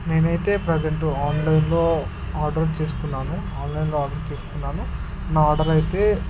నేనయితే ప్రెసెంటు ఆన్లైన్లో ఆర్డర్ చేసుకున్నాను ఆన్లైన్లో ఆర్డర్ చేసుకున్నాను నా ఆర్డర్ అయితే